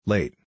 Late